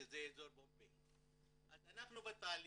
שזה אזור בומביי, אז אנחנו בתהליך.